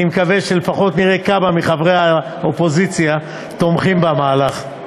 אני מקווה שלפחות נראה כמה מחברי האופוזיציה תומכים במהלך.